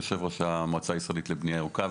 יושב ראש המועצה הישראלית לבנייה ירוקה.